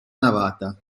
navata